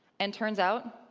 and turns out,